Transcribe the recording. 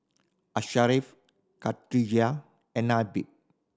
Ashraf Khadija and Nabil